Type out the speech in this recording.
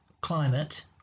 climate